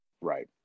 Right